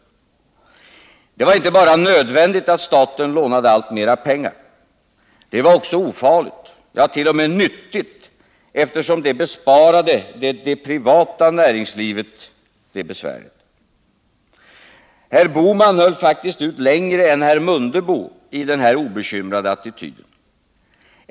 Det var inte bara nödvändigt att staten lånade alltmera pengar, det var också ofarligt, ja, t.o.m. nyttigt, eftersom det besparade det privata näringslivet detta besvär. Herr Bohman höll faktiskt ut längre än herr Mundebo i den här obekymrade attityden.